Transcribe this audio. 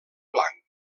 blanc